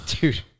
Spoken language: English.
Dude